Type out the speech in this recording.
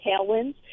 tailwinds